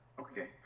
Okay